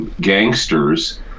gangsters